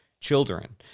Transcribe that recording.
children